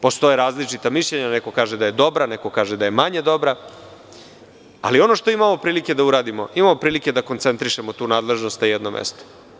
Postoje različita mišljenja, neko kaže da je dobra, neko kaže da je manje dobra, ali ono što imamo prilike da uradimo, imamo prilike da koncentrišemo tu nadležnost na jednom mestu.